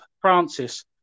Francis